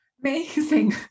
amazing